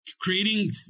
Creating